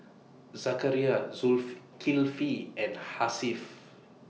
Zakaria and Hasif